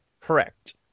correct